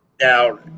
Now